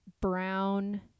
brown